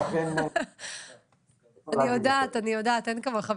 ולכן -- אני יודעת, אני יודעת, אין כמוך.